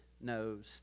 knows